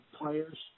players